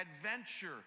adventure